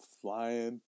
flying